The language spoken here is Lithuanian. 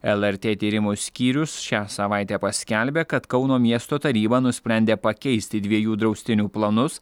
lrt tyrimų skyrius šią savaitę paskelbė kad kauno miesto taryba nusprendė pakeisti dviejų draustinių planus